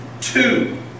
Two